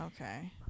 Okay